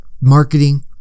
marketing